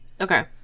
Okay